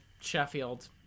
Sheffield